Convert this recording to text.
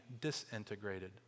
disintegrated